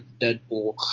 Deadpool